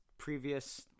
previous